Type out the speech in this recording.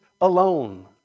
alone